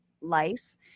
life